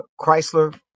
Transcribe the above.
Chrysler